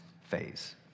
phase